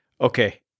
okay